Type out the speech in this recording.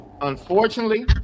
Unfortunately